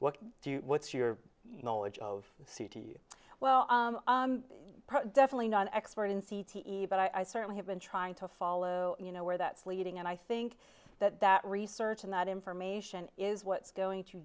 what do you what's your knowledge of c to you well definitely not an expert in c t e but i certainly have been trying to follow you know where that's leading and i think that that research and that information is what's going to